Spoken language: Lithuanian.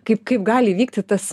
kaip kaip gali įvykti tas